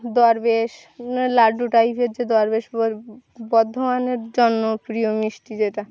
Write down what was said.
দরবেশ মানে লাড্ডু টাইপের যে দরবেশ বর্ধমানের জন্য প্রিয় মিষ্টি যেটা